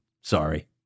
Sorry